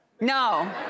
No